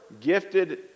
gifted